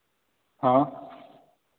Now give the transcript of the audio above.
हाँ